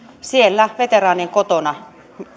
siellä veteraanien kotona